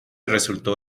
resultó